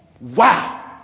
Wow